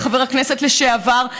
חבר הכנסת לשעבר,